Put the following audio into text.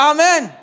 Amen